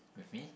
with me